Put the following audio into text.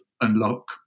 unlock